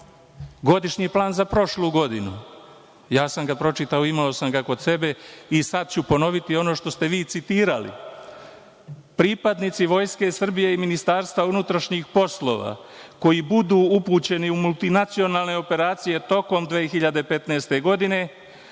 godišnji plan za prošlu godinu. Ja sam ga pročitao, imao sam ga kod sebe i sad ću ponoviti ono što ste vi citirali – pripadnici Vojske Srbije i Ministarstva unutrašnjih poslova koji budu upućeni u multinacionalne operacije tokom 2015. godine,